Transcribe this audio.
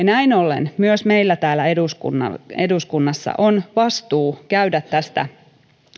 näin ollen myös meillä täällä eduskunnassa on vastuu käydä tästä